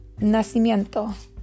nacimiento